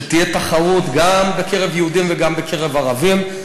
שתהיה תחרות גם בקרב יהודים וגם בקרב ערבים.